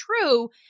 true